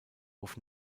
auf